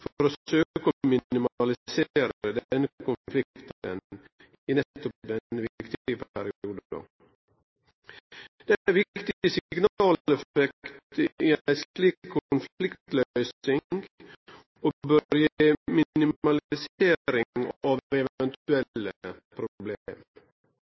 organisasjoner for å søke å minimalisere denne konflikten i nettopp denne viktige perioden. Det er en viktig signaleffekt i en slik konfliktløsing og bør